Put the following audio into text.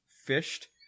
fished